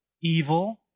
Evil